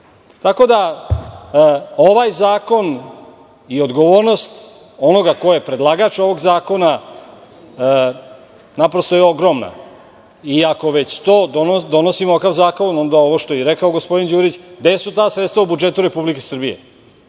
Ovaj zakon i odgovornost onoga ko je predlagač ovog zakona, naprosto je ogromna. Ako već donosimo ovakav zakon, onda ovo što je rekao gospodin Đurić, gde su ta sredstva u budžetu Republike Srbije? Da